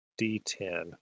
d10